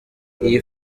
iyi